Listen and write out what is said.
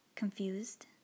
confused